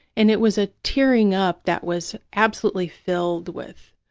and it was a tearing up that was absolutely filled with,